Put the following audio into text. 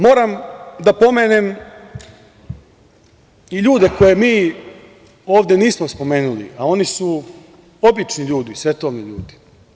Moram da pomenem i ljude koje mi ovde nismo spomenuli, a oni su obični ljudi, svetovni ljudi.